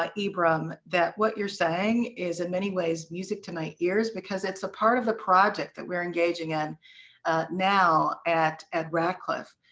ibram, that what you're saying is in many ways music to my ears, because it's a part of the project that we're engaging in now at at radcliffe.